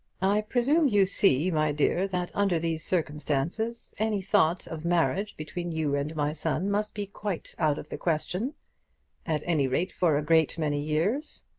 i presume you see, my dear, that under these circumstances any thought of marriage between you and my son must be quite out of the question at any rate for a great many years.